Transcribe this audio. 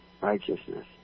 righteousness